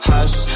Hush